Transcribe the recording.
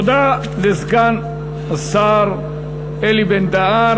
תודה לסגן השר אלי בן-דהן.